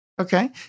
Okay